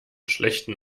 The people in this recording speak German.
schlechten